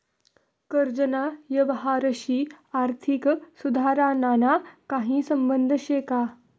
कर्जना यवहारशी आर्थिक सुधारणाना काही संबंध शे का?